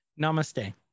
Namaste